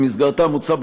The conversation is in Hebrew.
במסגרתה מוצע,